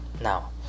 now